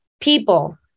people